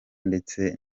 ndetse